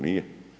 Nije.